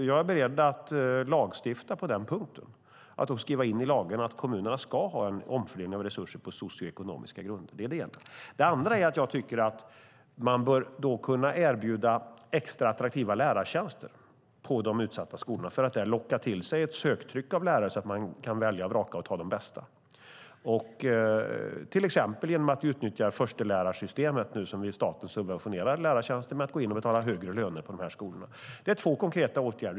Jag är beredd att lagstifta på den punkten, att skriva in i lagen att kommunerna ska ha en omfördelning av resurser på socioekonomiska grunder. Det är det ena. Det andra är att jag tycker att man då bör kunna erbjuda extra attraktiva lärartjänster på de utsatta skolorna för att där locka till sig ett söktryck av lärare så att man kan välja och vraka och ta de bästa, till exempel genom att utnyttja förstelärarsystemet. Staten subventionerar nu lärartjänster genom att gå in och betala högre löner på de här skolorna. Det är två konkreta åtgärder.